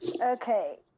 Okay